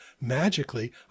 magically